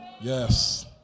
Yes